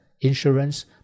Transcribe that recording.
insurance